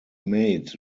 made